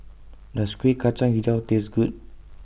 Does Kuih Kacang Hijau Taste Good